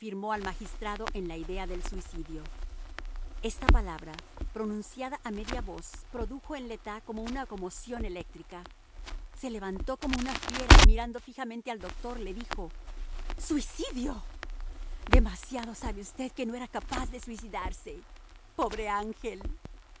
al magistrado en la idea del suicidio esta palabra pronunciada a media voz produjo en le tas como una conmoción eléctrica se levantó como una fiera y mirando fijamente al doctor le dijo suicidio demasiado sabe usted que no era capaz de suicidarse pobre ángel